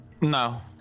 No